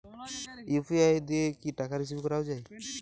UPI দিয়ে কি টাকা রিসিভ করাও য়ায়?